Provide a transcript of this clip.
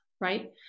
right